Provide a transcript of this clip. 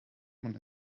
man